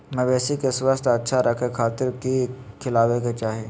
मवेसी के स्वास्थ्य अच्छा रखे खातिर की खिलावे के चाही?